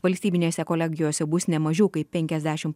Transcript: valstybinėse kolegijose bus nemažiau kaip penkiasdešimt